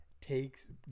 takes